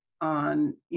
on